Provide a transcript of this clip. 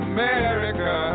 America